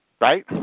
Right